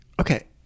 Okay